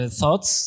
thoughts